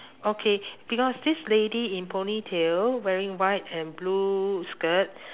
okay because this lady in ponytail wearing white and blue skirt